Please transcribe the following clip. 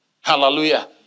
Hallelujah